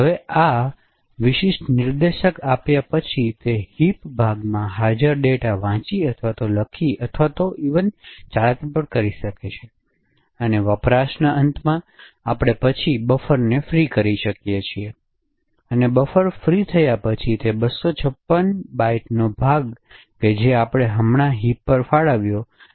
હવે આ વિશિષ્ટ નિર્દેશક આપ્યા પછી તે હિપ ભાગમાં હાજર ડેટા વાંચી અથવા લખી અથવા ચાલાકી કરી શકીએ છીએ અને વપરાશના અંતે આપણે પછી બફરને ફ્રી કરી શકીએ છીએ અને બફર ફ્રી થયા પછી તે 256 બાઇટ્સનો ભાગ છે જે આપણે હમણાં હિપમાં ફાળવ્યો છે